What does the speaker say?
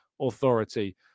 authority